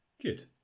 Good